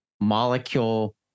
molecule